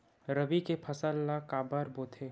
रबी के फसल ला काबर बोथे?